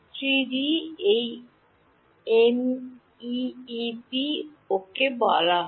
D 3 D এটিকে MEEP বলা হয়